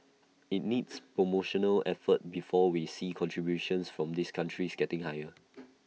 IT needs promotional effort before we see contributions from these countries getting higher